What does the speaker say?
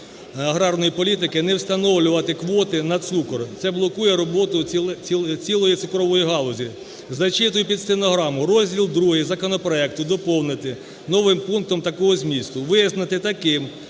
аграрної політики не встановлювати квоти на цукор, це блокує роботу цілої цукрової галузі. Зачитую під стенограму. Розділ ІІ законопроекту доповнити новим пунктом такого змісту: "Визнати таким,